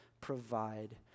provide